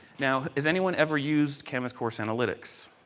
now, has anyone ever used canvas course analytics?